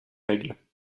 règles